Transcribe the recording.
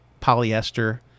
polyester